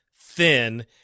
thin